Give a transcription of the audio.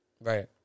right